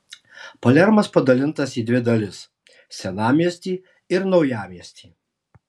palermas padalintas į dvi dalis senamiestį ir naujamiestį